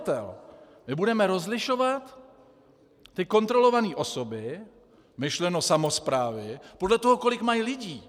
My budeme rozlišovat kontrolované osoby, myšleno samosprávy, podle toho, kolik mají lidí.